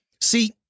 See